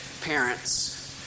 parents